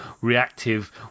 reactive